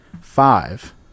five